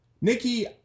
Nikki